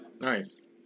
Nice